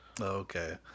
Okay